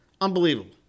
unbelievable